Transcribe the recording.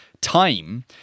time